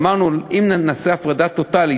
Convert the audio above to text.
אמרנו: אם נעשה הפרדה טוטלית,